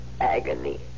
agony